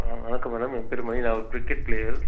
வணக்கம் மேடம் என் பேர் மணி நான் ஒரு கிரிக்கெட் ப்ளேயர்